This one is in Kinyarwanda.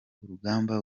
urugamba